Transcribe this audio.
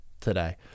today